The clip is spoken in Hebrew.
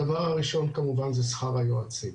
הדבר הראשון כמובן זה שכר היועצים.